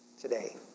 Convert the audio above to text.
today